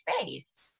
space